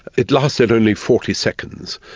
it lasted only forty seconds.